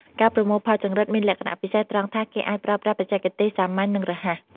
ការប្រមូលផលចង្រិតមានលក្ខណៈពិសេសត្រង់ថា គេអាចប្រើប្រាស់បច្ចេកទេសសាមញ្ញ និងរហ័ស។